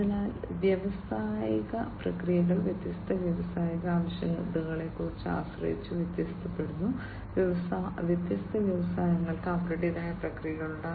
അതിനാൽ വ്യാവസായിക പ്രക്രിയകൾ വ്യത്യസ്ത വ്യാവസായിക ആവശ്യകതകളെ ആശ്രയിച്ച് വ്യത്യാസപ്പെടുന്നു വ്യത്യസ്ത വ്യവസായങ്ങൾക്ക് അവരുടേതായ പ്രക്രിയകളുണ്ട്